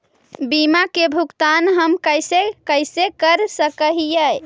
बीमा के भुगतान हम कैसे कैसे कर सक हिय?